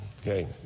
Okay